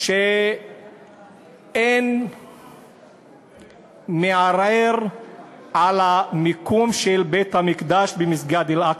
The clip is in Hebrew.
שאין מערער על המיקום של בית-המקדש במסגד אל-אקצא.